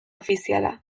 ofiziala